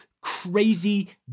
crazy